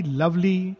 lovely